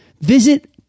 Visit